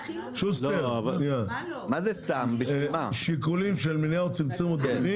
שוסטר, שיקולים של מניעה או צמצום עודפים?